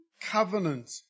covenant